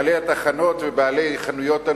בעלי התחנות ובעלי חנויות,